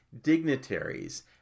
dignitaries